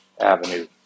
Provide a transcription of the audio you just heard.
avenue